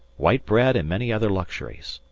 white bread and many other luxuries.